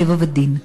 טבע ודין".